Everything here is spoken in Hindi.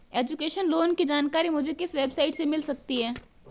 एजुकेशन लोंन की जानकारी मुझे किस वेबसाइट से मिल सकती है?